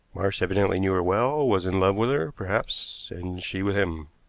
marsh evidently knew her well was in love with her, perhaps, and she with him.